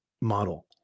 model